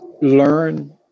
Learn